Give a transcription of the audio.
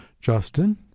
Justin